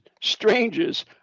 strangers